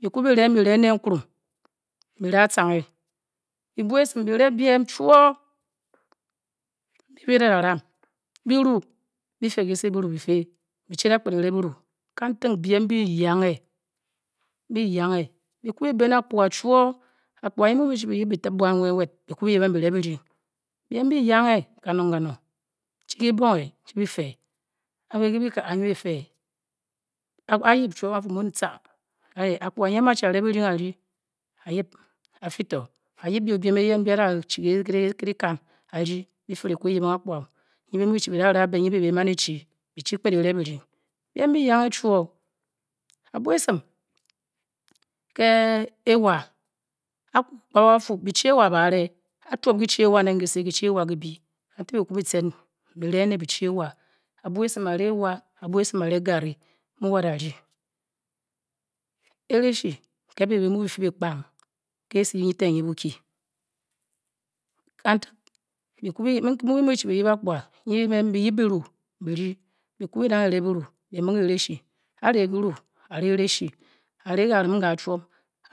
Bi ku re'ng bi re'ne nku rung bi re' acauge, bii bwa esim bi re biem chwo nbi-byi da ramu, biru, bife kyise biru bife, bi-chi da kpet ere biru, kantak biem bi yange bi ku pén akpuga chwo akpuga nyi bi mu bi yip bi tip bwan ke nwat bi ku yiping be re' byiring biem bi yange kanong-kanong, chi ki bonge, chi-bifee abé ke bika a'nwa efe' a'yip chwom a'fu mung u-cha kifi to a yip bo biem eyen bu-a-chi dikan akpuga nee a'mu a-chi are byirying ari afi to akpuga nyi bi mu bi-chi bi da re'abe nyi be man e-chi bire byirying, ábwo esin ke ewa aku kpa-kpa bafu bi chi ewa ba ri ãã chwop kiyichi ewa kyise ki chi ewa kibi kantak bi ku bi cen bi ré ne bi chi ewa, abwa esim a're ewa a'bwa sima a're garri mu be da ryi, erashi ke be bi mu-bifi kpang kiise nyi ten nyi bukie kantak nki bi mu bi chi bi yip bwu byiryi bi ku bi dang eri bwu, arie erashi. Aré biru, arè karim ka chwon